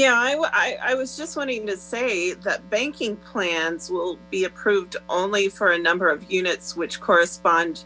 yeah i wa i was just wanting to say that banking plans will be approved only for a number of units which correspond